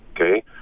okay